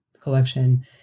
collection